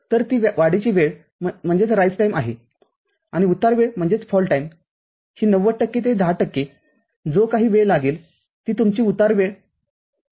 तर ती वाढीची वेळआहे आणि उतार वेळही ९० टक्के ते १० टक्के जो काही वेळ लागेल ती तुमची उतार वेळ आहे